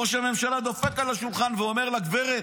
ראש הממשלה דופק על השולחן ואומר לה, גברת,